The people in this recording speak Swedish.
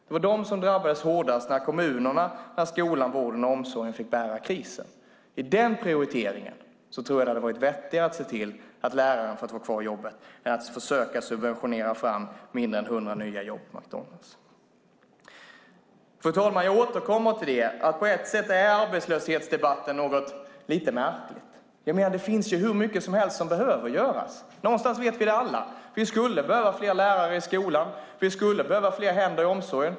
Det var de som drabbades hårdast när kommunerna, skolan, vården och omsorgen som fick bära krisen. I den prioriteringen hade det vettigare att se till att läraren hade fått ha kvar jobbet än att försöka subventionera fram mindre än 100 nya jobb på McDonalds. Fru talman! Jag återkommer till att på ett sätt är arbetslöshetsdebatten något lite märkligt. Det finns hur mycket som helst som behöver göras. Någonstans vet vi det alla. Vi skulle behöva fler lärare i skolan och fler händer i omsorgen.